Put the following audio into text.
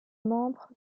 membres